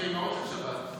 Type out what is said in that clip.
שתי אימהות של שבת.